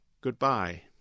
Goodbye